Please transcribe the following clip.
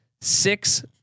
Six